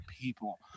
people